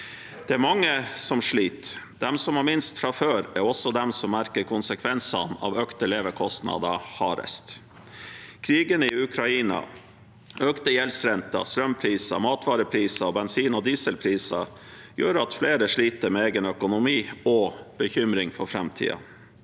Det er mange som sliter. De som har minst fra før, er også de som merker konsekvensene av økte levekostnader hardest. Krigen i Ukraina, økte gjeldsrenter, strømpriser, matvarepriser og bensin- og dieselpriser gjør at flere sliter med egen økonomi og bekymring for framtiden.